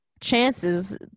chances